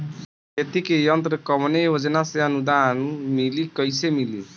खेती के यंत्र कवने योजना से अनुदान मिली कैसे मिली?